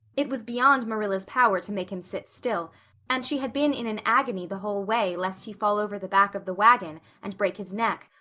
it was beyond marilla's power to make him sit still and she had been in an agony the whole way lest he fall over the back of the wagon and break his neck,